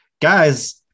guys